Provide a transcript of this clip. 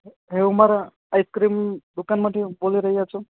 Havmor ice cream દુકાનમાંથી બોલી રહ્યા છો